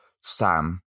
Sam